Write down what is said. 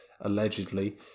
allegedly